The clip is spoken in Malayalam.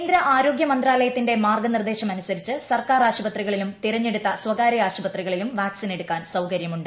കേന്ദ്ര ആരോഗ്യമന്ത്രാലയത്തിന്റെ മാർഗനിർദേശമനുസരിച്ച് സർക്കാർ ആശുപത്രികളിലും തിരഞ്ഞെടുത്ത സ്ഥകാരൃ ആശുപത്രികളിലും വാക ്സിനെടുക്കാൻ സൌകര്യമുണ്ട്